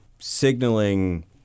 signaling